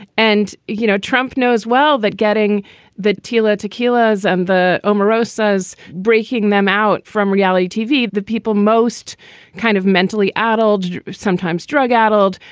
and, you know, trump knows well that getting the tila tequila, as and the omarosa says, breaking them out from reality tv. the people most kind of mentally addled, sometimes drug addled,